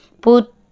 put